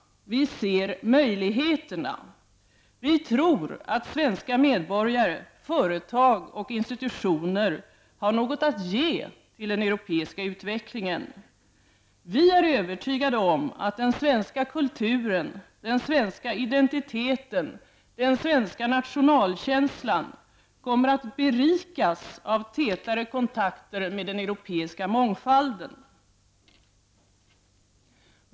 Vi ser möjligheterna. Vi tror att svenska medborgare, företag och institutioner har något att ge till den europeiska utvecklingen. Vi är övertygade om att den svenska kulturen, den svenska identiteten, den svenska nationalkänslan kommer att berikas av tätare kontakter med den europeiska mångfalden.